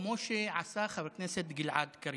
כמו שעשה חבר הכנסת גלעד קריב.